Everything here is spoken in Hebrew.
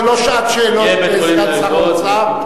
זו לא שעת שאלות לסגן שר האוצר.